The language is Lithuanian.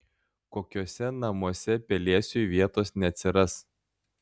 kokiuose namuose pelėsiui vietos neatsiras